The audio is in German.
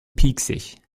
pieksig